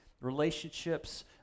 relationships